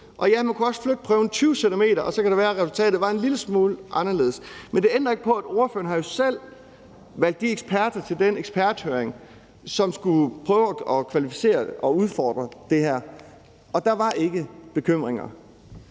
man kunne også flytte prøven 20 cm., og så kan det være, at resultatet er en lille smule anderledes. Men det ændrer ikke på, at ordføreren selv havde valgt de eksperter til den eksperthøring, hvor man kunne kvalificere og udfordre det her, og der var der ikke bekymringer.